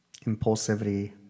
Impulsivity